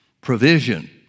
Provision